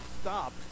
stop